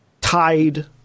tied